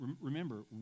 remember